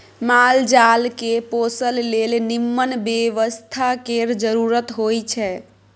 माल जाल केँ पोसय लेल निम्मन बेवस्था केर जरुरत होई छै